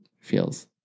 feels